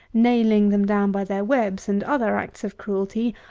nailing them down by their webs, and other acts of cruelty,